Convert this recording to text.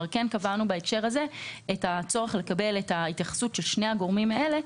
בהקשר הזה קבענו את הצורך לקבל התייחסות של שני הגורמים האלה,